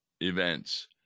events